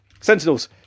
Sentinels